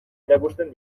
erakusten